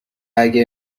اگه